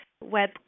Web